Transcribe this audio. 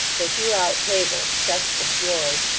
they threw out tables, chests of drawers,